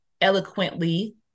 eloquently